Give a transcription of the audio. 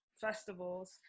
festivals